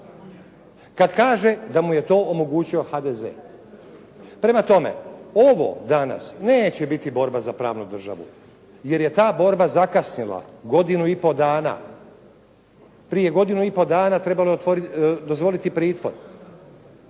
kad kaže da mu je to omogućio HDZ. Prema tome, ovo danas neće biti borba za pravnu državu jer je ta borba zakasnila godinu i pol dana. Prije godinu i pol dana trebalo je dozvoliti pritvor